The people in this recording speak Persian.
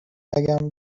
نگم